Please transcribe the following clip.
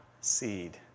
seed